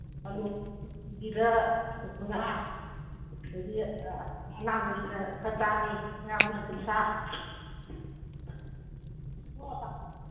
ꯑꯥꯜꯂꯨ ꯀꯦ ꯖꯤꯗ ꯀꯨꯟꯃꯉꯥ ꯑꯗꯒꯤ ꯑꯉꯥꯡꯕꯁꯤꯅ ꯈꯔ ꯇꯥꯡꯉꯤ ꯑꯉꯥꯡꯕꯁꯤꯅ ꯀꯨꯟꯊ꯭ꯔꯥ